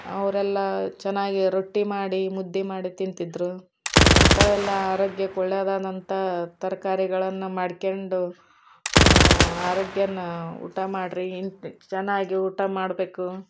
ಅವರೆಲ್ಲ ಚೆನ್ನಾಗೆ ರೊಟ್ಟಿ ಮಾಡಿ ಮುದ್ದೆ ಮಾಡಿ ತಿಂತಿದ್ದರು ಅಂಥವೆಲ್ಲ ಆರೋಗ್ಯಕ್ಕೆ ಒಳ್ಳೆಯದಾದಂಥ ತರಕಾರಿಗಳನ್ನು ಮಾಡ್ಕೊಂಡು ಆರೋಗ್ಯನ್ನ ಊಟ ಮಾಡಿರಿ ಚೆನ್ನಾಗಿ ಊಟ ಮಾಡಬೇಕು